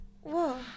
Whoa